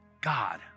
God